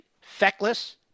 feckless